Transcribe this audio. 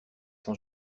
son